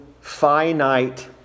finite